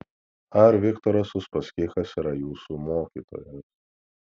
ar viktoras uspaskichas yra jūsų mokytojas